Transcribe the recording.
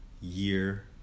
year